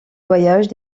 voyage